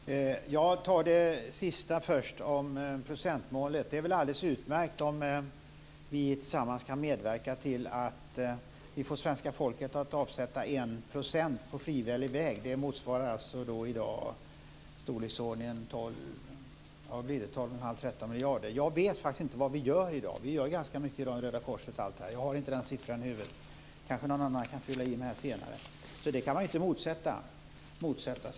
Fru talman! Jag tar det sista först om procentmålet. Det är alldeles utmärkt om vi tillsammans kan medverka till att svenska folket avsätter 1 % på frivillig väg. Det skulle i dag motsvara i storleksordningen 121⁄2-13 miljarder - jag har inte den siffran i huvudet. Någon annan kan kanske komplettera den senare. Ett frivilligt avsättande kan man inte motsätta sig.